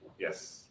yes